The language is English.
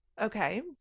Okay